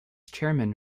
chairman